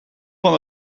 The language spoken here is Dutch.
van